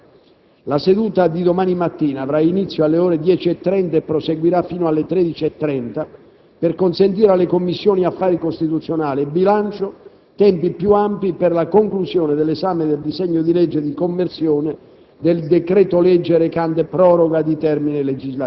e il nuovo calendario dei lavori fino al 22 febbraio. La seduta di domani mattina avrà inizio alle ore 10,30 - e proseguirà fino alle 13,30 - per consentire alle Commissioni affari costituzionali e bilancio tempi più ampi per la conclusione dell'esame del disegno di legge di conversione